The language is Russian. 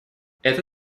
это